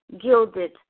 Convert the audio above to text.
gilded